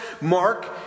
Mark